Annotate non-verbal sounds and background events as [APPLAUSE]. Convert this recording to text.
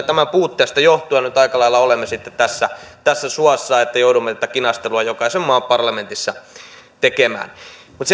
[UNINTELLIGIBLE] tämän puutteesta johtuen nyt olemme sitten tässä tässä suossa että joudumme tätä kinastelua jokaisen maan parlamentissa käymään mutta [UNINTELLIGIBLE]